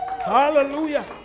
Hallelujah